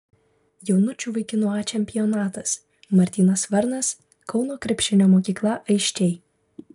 jaunučių vaikinų a čempionatas martynas varnas kauno krepšinio mokykla aisčiai